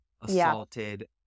assaulted